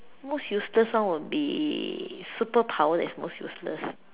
most useless one will be superpower that is most useless